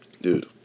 Dude